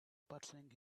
pursuing